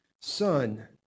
Son